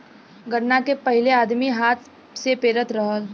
गन्ना के पहिले आदमी हाथ से पेरत रहल